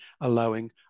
allowing